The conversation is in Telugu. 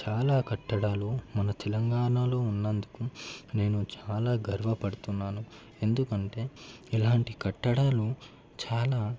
చాలా కట్టడాలు మన తెలంగాణలో ఉన్నందుకు నేను చాలా గర్వపడుతున్నాను ఎందుకంటే ఇలాంటి కట్టడాలు చాలా